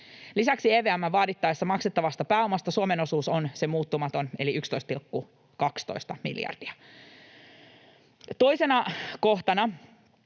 Lisäksi EVM:n vaadittaessa maksettavasta pääomasta Suomen osuus on se muuttumaton eli 11,12 miljardia. Toisena kohtana